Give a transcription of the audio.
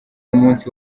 umunsi